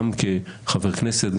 גם כחבר כנסת,